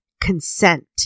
consent